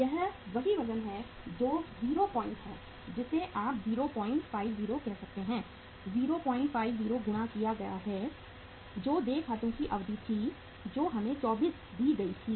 यह वही वज़न है जो 0 पॉइंट है जिसे आप 050 कह सकते हैं 050 गुणा किया गया है जो देय खातों की अवधि थी जो हमें 24 दी गई थी